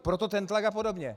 Proto ten tlak a podobně.